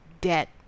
debt